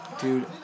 Dude